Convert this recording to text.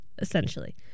essentially